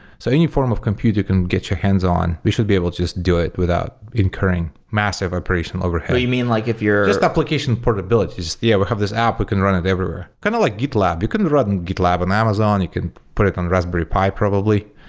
so any form of compute you can get your hands on, you should be able to just do it without incurring massive operational overhead you mean like if you're just application portabilities. yeah, we have this app, we can run it everywhere. kind of like gitlab. you can run gitlab on amazon. you can put it on raspberry pi probably.